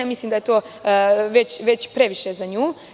Mislim da je to već previše za nju.